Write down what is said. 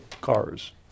cars